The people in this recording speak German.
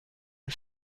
und